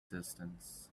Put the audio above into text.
distance